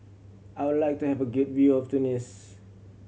I would like to have a good view of Tunis